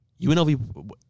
UNLV